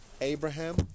Abraham